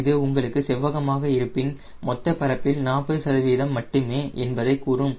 இது உங்களுக்கு செவ்வகமாக இருப்பின் மொத்த பரப்பில் 40 மட்டுமே என்பதைக் கூறும்